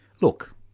Look